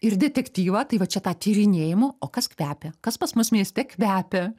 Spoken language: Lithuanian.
ir detektyvą tai va čia tą tyrinėjimą o kas kvepia kas pas mus mieste kvepia